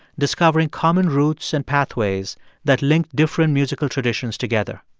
discovering common roots and pathways that linked different musical traditions together